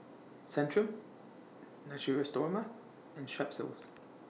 Centrum Natura Stoma and Strepsils